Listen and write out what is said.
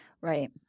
Right